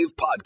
Podcast